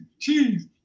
cheese